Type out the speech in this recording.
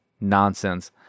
Nonsense